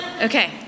okay